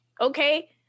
okay